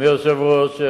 אדוני היושב-ראש,